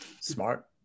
Smart